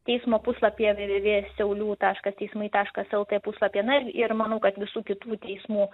teismo puslapyje vė vė vė siaulių taškas teismai taškas lt puslapyje na ir ir manau kad visų kitų teismų